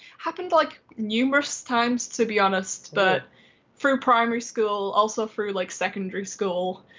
happened like numerous times to be honest, but through primary school also through like secondary school,